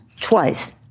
twice